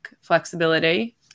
flexibility